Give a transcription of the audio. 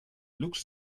looks